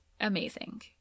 amazing